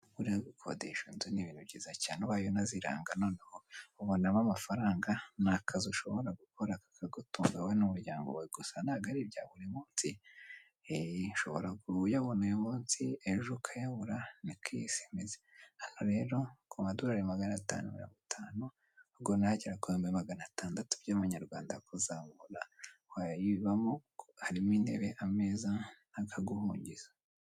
Buriya gukodeshan inzu ni ibintu byiza cyane, ubaye unaziranga noneho ubonamo amafaranga. Ni akazi ushobora gukora kakagotunga wowe n'umuryango wawe. Gusa ntabwo ari ibya buri munsi ushobora kuyabona uyu munsi ejo ukayabura na ko isi imeze. Rero ku madorari magana atanu mirongo itanu ngo nagera kumbi magana atandatu by'amanyarwanda kuzamura wayayibamo harimo intebe ameza akaguhungiza.